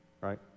right